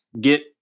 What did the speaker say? get